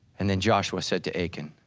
and then joshua said to aiken,